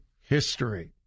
history